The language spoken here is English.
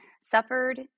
suffered